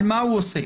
מה הוא עושה?